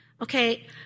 Okay